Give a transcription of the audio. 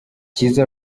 cyiza